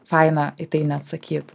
faina į tai neatsakyt